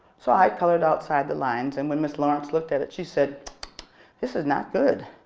so i colored outside the lines and when miss lawrence looked at it, she said this is not good.